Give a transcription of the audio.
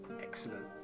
excellent